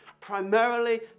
primarily